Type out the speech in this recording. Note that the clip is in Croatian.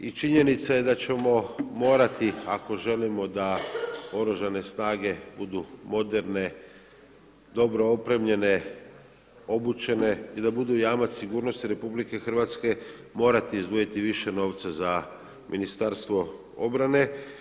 I činjenica je da ćemo morati ako želimo da Oružane snage budu moderne, dobro opremljene, obučene i da budu jamac sigurnosti RH morati izdvojiti više novca za Ministarstvo obrane.